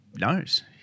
knows